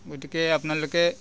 গতিকে আপোনালোকে